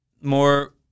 more